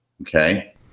Okay